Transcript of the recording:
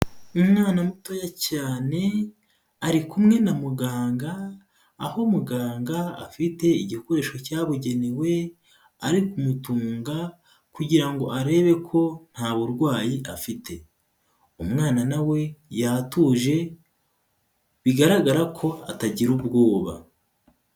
Umwana mutoya cyane, ari kumwe na muganga, aho umuganga afite igikoresho cyabugenewe, ari kumutunga kugira ngo arebe ko nta burwayi afite, umwana na we yatuje bigaragara ko atagira ubwoba.